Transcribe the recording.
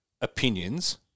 opinions